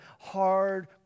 hard